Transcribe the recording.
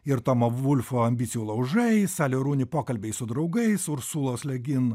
ir tomo vulfo ambicijų laužaisali runi pokalbiai su draugais ursulos legin